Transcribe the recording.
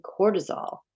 cortisol